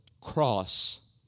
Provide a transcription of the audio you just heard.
cross